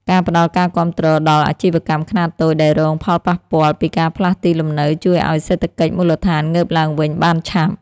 ការផ្តល់ការគាំទ្រដល់អាជីវកម្មខ្នាតតូចដែលរងផលប៉ះពាល់ពីការផ្លាស់ទីលំនៅជួយឱ្យសេដ្ឋកិច្ចមូលដ្ឋានងើបឡើងវិញបានឆាប់។